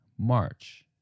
March